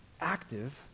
active